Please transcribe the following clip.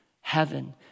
heaven